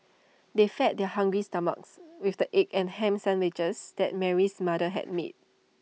they fed their hungry stomachs with the egg and Ham Sandwiches that Mary's mother had made